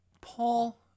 Paul